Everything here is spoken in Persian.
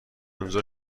امضا